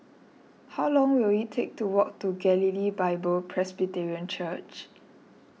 how long will it take to walk to Galilee Bible Presbyterian Church